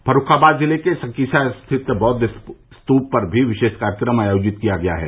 फर्रूखाबाद जिले के संकिसा स्थित बौद्ध स्तूप पर भी विशेष कार्यक्रम आयोजित किया गया है